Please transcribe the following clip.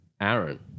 Aaron